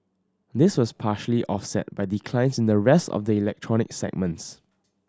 this was partially offset by declines in the rest of the electronic segments